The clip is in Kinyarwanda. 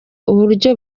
uburyo